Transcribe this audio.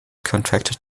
contracted